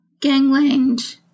gangland